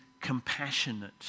compassionate